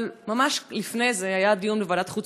אבל ממש לפני זה היה דיון בוועדת החוץ